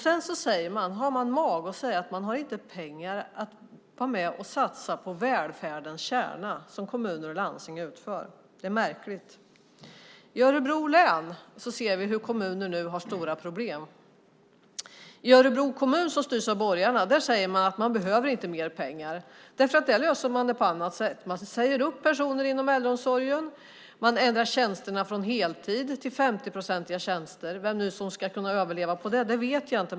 Sedan har man mage att säga att man inte har pengar till att vara med och satsa på välfärdens kärna, det arbete som kommuner och landsting utför. Det är märkligt. I Örebro län ser vi hur kommuner nu har stora problem. I Örebro kommun, som styrs av borgarna, säger man att man inte behöver mer pengar därför att man där löser det på annat sätt. Man säger upp personer inom äldreomsorgen. Man ändrar tjänsterna från heltid till 50-procentiga tjänster. Vem som ska kunna överleva på det vet jag inte.